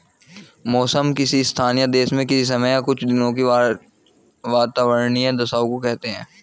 मौसम किसी स्थान या देश में किसी समय या कुछ दिनों की वातावार्नीय दशाओं को कहते हैं